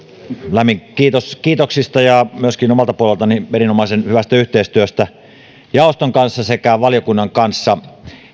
lämmin kiitos kiitoksista ja myöskin omalta puoleltani erinomaisen hyvästä yhteistyöstä jaoston kanssa sekä valiokunnan kanssa